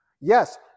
Yes